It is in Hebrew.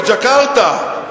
בג'קרטה.